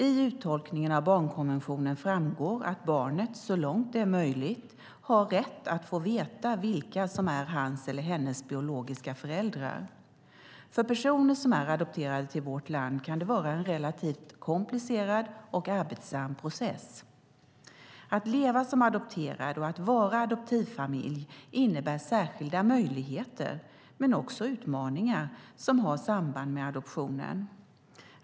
I uttolkningen av barnkonventionen framgår att barnet, så långt det är möjligt, har rätt att få veta vilka som är hans eller hennes biologiska föräldrar. För personer som är adopterade till vårt land kan det vara en relativt komplicerad och arbetsam process. Att leva som adopterad och att vara adoptivfamilj innebär särskilda möjligheter, men också utmaningar, som har samband med adoptionen.